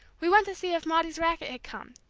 we went to see if maudie's racket had come.